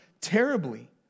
terribly